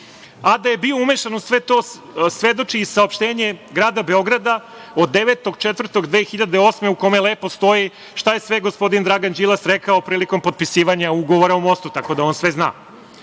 je bio umešan u svet to svedoči i saopštenje grada Beograda od 9.4.2008. godine u kome lepo stoji šta je sve gospodin Dragan Đilas rekao prilikom potpisivanja ugovora o mostu. Tako da on sve zna.